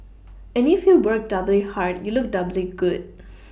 and if you work doubly hard you look doubly good